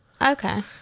Okay